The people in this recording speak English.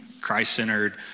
Christ-centered